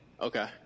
okay